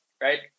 right